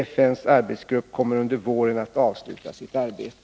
FN:s arbetsgrupp kommer under våren att avsluta sitt arbete.